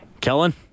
Kellen